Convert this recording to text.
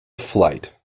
flight